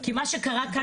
כי מה שקרה כאן,